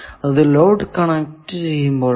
അത് load connect ചെയ്യുമ്പോൾ ആണ്